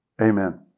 Amen